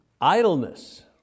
idleness